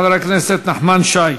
חבר הכנסת נחמן שי.